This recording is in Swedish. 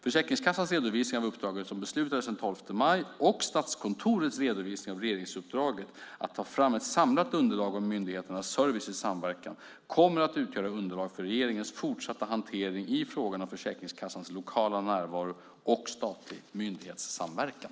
Försäkringskassans redovisning av uppdraget som beslutades den 12 maj och Statskontorets redovisning av regeringsuppdraget att ta fram ett samlat underlag om myndigheternas service i samverkan, S2011 SFÖ, kommer att utgöra underlag för regeringens fortsatta hantering i frågan om Försäkringskassans lokala närvaro och statlig myndighetssamverkan.